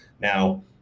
now